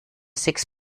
sechs